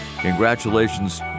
congratulations